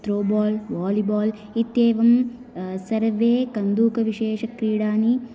throw ball volleyball इत्येवं सर्वे कन्दुकविशेषक्रीडानि